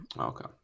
okay